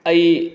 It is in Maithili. अहि